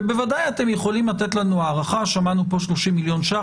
ובוודאי אתם יכולים לתת לנו הערכה - שמענו פה 30 מיליון ₪.